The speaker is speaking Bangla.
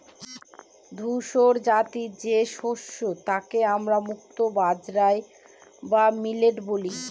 ধূসরজাতীয় যে শস্য তাকে আমরা মুক্তো বাজরা বা মিলেট বলি